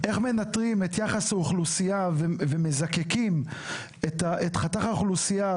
איך מנתרים את יחס האוכלוסייה ומזקקים את חתך האוכלוסייה,